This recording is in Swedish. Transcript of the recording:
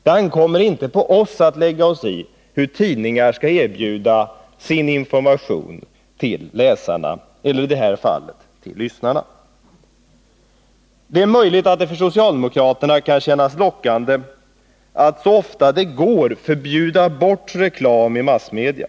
Det ankommer inte på oss att lägga oss i hur tidningar skall erbjuda sin information till läsarna eller, i det här fallet, till lyssnarna. Det är möjligt att det för socialdemokraterna kan kännas lockande att så ofta det går förbjuda reklam i massmedia.